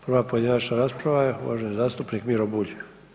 Prva pojedinačna rasprava je uvaženi zastupnik Miro Bulj.